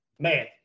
man